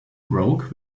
broke